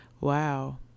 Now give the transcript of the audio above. wow